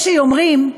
יש שיאמרו: